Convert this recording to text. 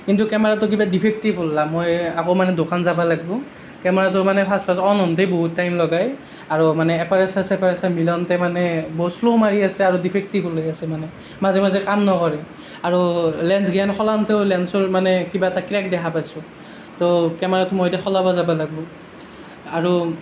কিন্তু কেমেৰাটো কিবা ডিফেক্টিভ হ'ল মই আকৌ মানে দোকান যাব লাগিব কেমেৰাটো মানে ফাষ্ট ফাষ্ট অন হওঁতে বহুত টাইম লগাই আৰু মানে এপাৰেছাৰ চেপাৰেছাৰ মিলাওঁতে মানে বৰ শ্ল' মাৰি আছে আৰু ডিফেক্টিভ ওলাই আছে মানে মাজে মাজে কাম নকৰে আৰু লেন্সগেন সলাওঁতেও লেন্সৰ মানে কিবা এটা ক্ৰেক দেখা পাইছোঁ তো কেমেৰাটো মই এতিয়া সলাব যাব লাগিব আৰু